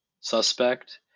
suspect